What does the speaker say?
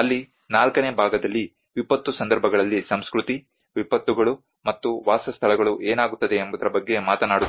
ಅಲ್ಲಿ 4 ನೇ ಭಾಗದಲ್ಲಿ ವಿಪತ್ತು ಸಂದರ್ಭಗಳಲ್ಲಿ ಸಂಸ್ಕೃತಿ ವಿಪತ್ತುಗಳು ಮತ್ತು ವಾಸಸ್ಥಳಗಳು ಏನಾಗುತ್ತದೆ ಎಂಬುದರ ಬಗ್ಗೆ ಮಾತನಾಡುತ್ತಾನೆ